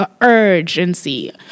urgency